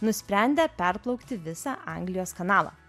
nusprendė perplaukti visą anglijos kanalą